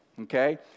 Okay